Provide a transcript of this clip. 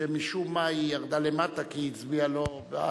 שמשום מה ירדה למטה, כי היא לא הצביעה בעד.